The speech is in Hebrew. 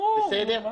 ברור.